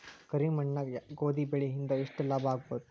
ಕರಿ ಮಣ್ಣಾಗ ಗೋಧಿ ಬೆಳಿ ಇಂದ ಎಷ್ಟ ಲಾಭ ಆಗಬಹುದ?